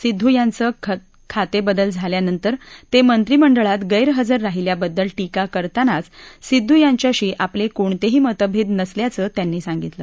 सिद्दू यांच खातेबदल झाल्यानंतर ते मंत्रीमंडळात गैरहजर राहिल्याबद्दल टीका करतांनाच सिद्दू यांच्याशी आपले कोणतेही मतभेद नसल्याचं त्यांनी सांगितलं